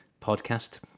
podcast